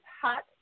hot